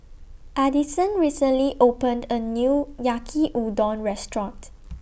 Adison recently opened A New Yaki Udon Restaurant